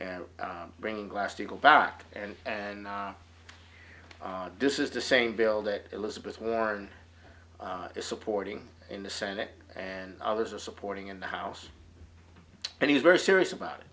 and bringing glass steagall back and and this is the same bill that elizabeth warren is supporting in the senate and others are supporting in the house and he's very serious about it